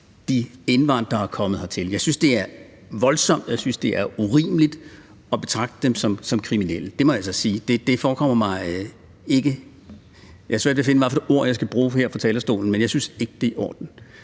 de indvandrere, der er kommet hertil – jeg synes, det er voldsomt, og jeg synes, det er urimeligt at betragte dem som kriminelle. Det må jeg altså sige. Jeg har svært ved at finde det ord, jeg skal bruge her fra talerstolen, men jeg synes ikke, det er i orden.